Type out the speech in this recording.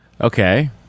Okay